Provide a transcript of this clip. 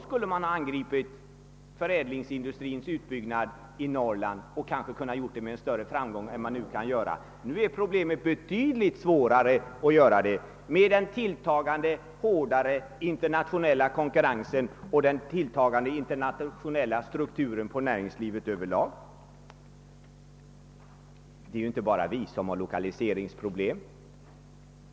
Om man då angripit förädlingsindustrins utbyggnad i Norrland, kanske man kunde ha haft större framgång än man nu kan få. Nu är problemet betydligt svårare med den hårdnande internationella konkurrensen och den alltmer internationella strukturen hos näringslivet över lag. Det är inte bara vi som har lokaliseringsproblem.